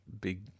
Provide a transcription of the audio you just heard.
big